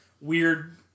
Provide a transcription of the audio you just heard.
weird